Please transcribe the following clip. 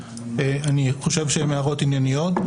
אני חושב שהן הערות ענייניות.